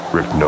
Rick